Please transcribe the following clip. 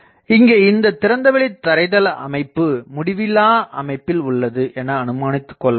இங்கே இந்தத் திறந்தவெளி தரைதள அமைப்பு முடிவில்லா அமைப்பில் உள்ளது எனஅனுமானித்துக் கொள்ளலாம்